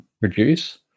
reduce